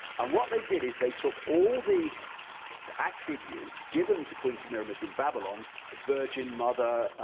and what they did is they took all the the attributes given to queen samiramis in babylon virgin mother,